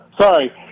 Sorry